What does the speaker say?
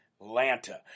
Atlanta